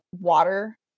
water